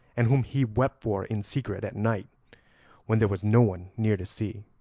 and whom he wept for in secret at night when there was no one near to see.